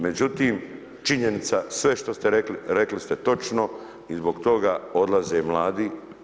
Međutim, činjenica, sve što ste rekli – rekli ste točno i zbog toga odlaze mladi.